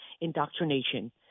indoctrination